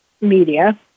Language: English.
media